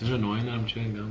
annoying that i'm chewing